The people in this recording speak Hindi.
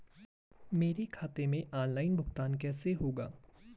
मेरे खाते में ऑनलाइन भुगतान कैसे होगा?